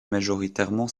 majoritairement